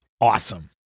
awesome